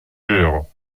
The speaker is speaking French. guerres